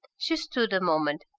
she stood a moment,